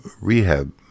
rehab